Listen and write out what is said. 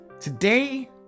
today